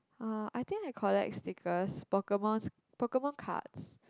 uh I think I collect stickers pokemon pokemon cards